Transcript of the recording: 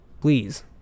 Please